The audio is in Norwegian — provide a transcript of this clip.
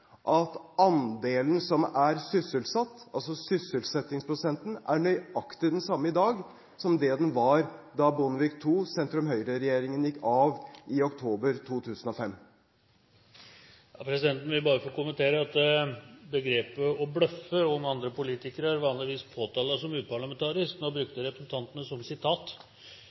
at andelen som er sysselsatt, altså sysselsettingsprosenten, er nøyaktig den samme i dag som det den var da Bondevik II, sentrum–Høyre-regjeringen, gikk av i oktober 2005? Presidenten vil bare få kommentere at begrepet «å bløffe» brukt om andre politikere vanligvis påtales som uparlamentarisk. Nå brukte vel representanten det som et sitat.